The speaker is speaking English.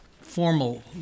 formal